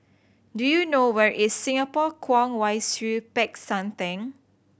do you know where is Singapore Kwong Wai Siew Peck San Theng